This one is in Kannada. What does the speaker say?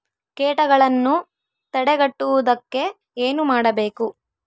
ಕೇಟಗಳನ್ನು ತಡೆಗಟ್ಟುವುದಕ್ಕೆ ಏನು ಮಾಡಬೇಕು?